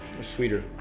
sweeter